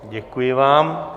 Děkuji vám.